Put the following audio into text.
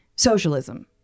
Socialism